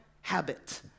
habit